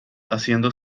haciendo